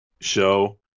show